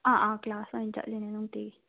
ꯑꯥ ꯑꯥ ꯀ꯭ꯂꯥꯁ ꯑꯣꯏꯅ ꯆꯠꯂꯤꯅꯦ ꯅꯨꯡꯇꯤꯒꯤ